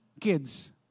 kids